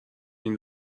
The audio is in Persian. این